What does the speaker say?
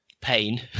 pain